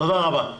תודה רבה.